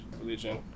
religion